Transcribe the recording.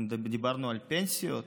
אנחנו דיברנו על פנסיות,